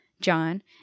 John